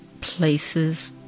places